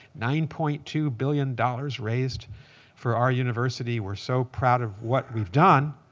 nine point two billion dollars raised for our university. we're so proud of what we've done.